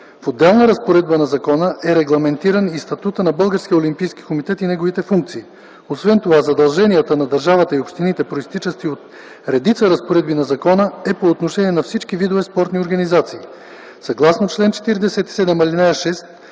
В отделна разпоредба на закона е регламентиран и статутът на Българския олимпийски комитет и неговите функции. Освен това задълженията на държавата и общините, произтичащи от редица разпоредби на закона, са по отношение на всички видове спортни организации. Съгласно чл. 47, ал. 6